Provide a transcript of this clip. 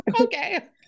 Okay